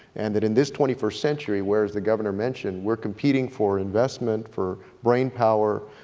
and that in this twenty first century, whereas the governor mentioned, we're competing for investment, for brain power,